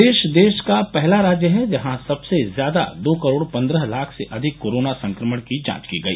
प्रदेश देश का पहला राज्य है जहां सबसे ज्यादा दो करोड़ पन्द्रह लाख से अधिक कोरोना संक्रमण की जांच की गई